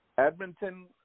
Edmonton